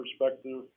perspective